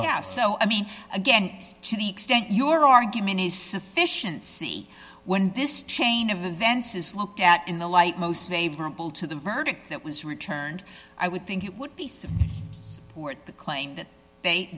now so i mean again to the extent your argument is sufficient see when this chain of events is looked at in the light most favorable to the verdict that was returned i would think it would be some court the claim that they